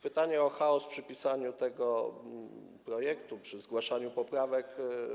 Pytanie o chaos przy pisaniu tego projektu, przy zgłaszaniu poprawek.